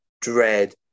dread